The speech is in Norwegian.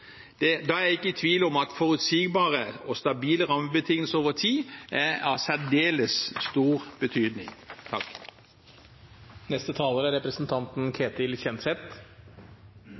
Da er jeg ikke i tvil om at forutsigbare og stabile rammebetingelser over tid er av særdeles stor betydning.